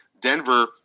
Denver